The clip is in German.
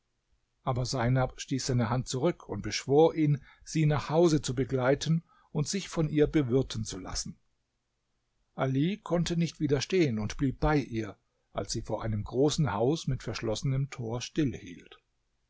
aber seinab stieß seine hand zurück und beschwor ihn sie nach hause zu begleiten und sich von ihr bewirten zu lassen ali konnte nicht widerstehen und blieb bei ihr als sie vor einem großen haus mit verschlossenem tor